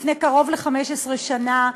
לפני קרוב ל-15 שנה,